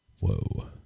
Whoa